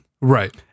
Right